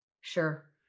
sure